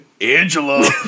Angela